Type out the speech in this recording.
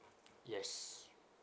yes